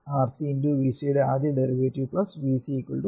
R C x V C യുടെ ആദ്യ derivative V C 0